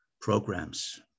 programs